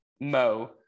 Mo